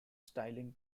styling